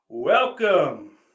Welcome